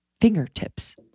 fingertips